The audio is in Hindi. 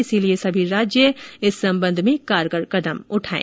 इसलिए सभी राज्य इस संबंध में कारगर कदम उठाएं